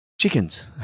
chickens